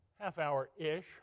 half-hour-ish